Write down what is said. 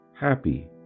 happy